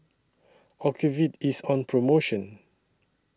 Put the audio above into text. Ocuvite IS on promotion